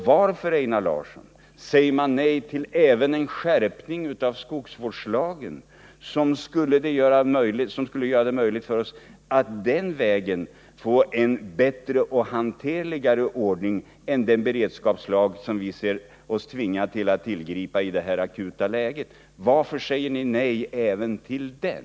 Varför, Einar Larsson, säger man nej även till en skärpning av skogsvårdslagen, som skulle göra det möjligt för oss att på sikt få en bättre och hanterligare ordning än den beredskapslag vi ser oss tvingade att tillgripa i det här akuta läget? Varför säger ni nej även till den?